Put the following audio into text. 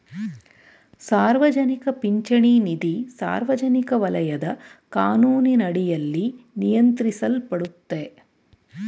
ಸಾರ್ವಜನಿಕ ಪಿಂಚಣಿ ನಿಧಿ ಸಾರ್ವಜನಿಕ ವಲಯದ ಕಾನೂನಿನಡಿಯಲ್ಲಿ ನಿಯಂತ್ರಿಸಲ್ಪಡುತ್ತೆ